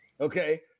Okay